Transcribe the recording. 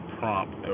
prompt